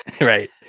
Right